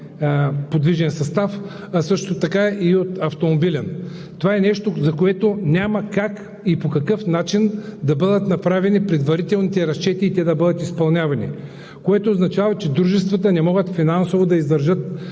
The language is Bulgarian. подвижен състав, а също така и от автомобилен. Това е нещо, за което няма как и по какъв начин да бъдат направени предварителните разчети и те да бъдат изпълнявани, което означава, че дружествата не могат финансово да издържат